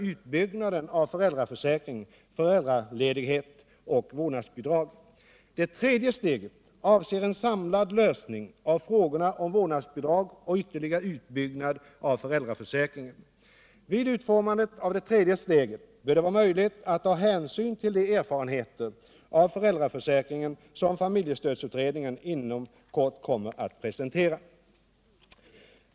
bidrag. Det tredje steget avser en samlad lösning av frågorna om vårdnadsbidrag och ytterligare utbyggnad av föräldraförsäkringen. Vid utformandet av det tredje steget bör det vara möjligt att ta hänsyn till de erfarenheter av föräldraförsäkringen som familjestödsutredningen inom kort kommer att presentera.